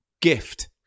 Gift